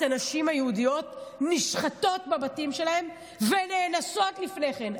הנשים היהודיות נשחטות בבתים שלהן ונאנסות לפני כן.